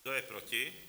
Kdo je proti?